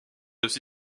aussi